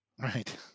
right